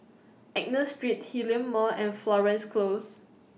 Street Hillion Mall and Florence Close